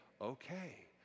okay